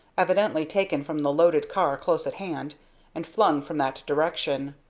evidently taken from the loaded car close at hand and flung from that direction.